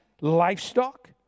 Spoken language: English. livestock